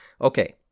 Okay